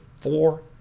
four